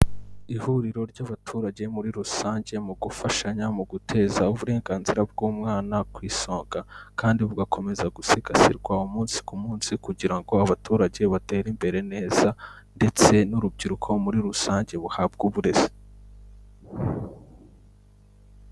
Ihuriro ry'abaturage muri rusange mu gufashanya mu guteza uburenganzira bw'umwana ku isonga kandi bugakomeza gusigasirwa umunsi ku munsi kugira ngo abaturage batere imbere neza ndetse n'urubyiruko muri rusange buhabwe uburezi.